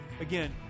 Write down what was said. Again